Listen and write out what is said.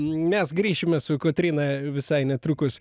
mes grįšime su kotryna visai netrukus